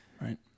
right